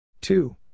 Two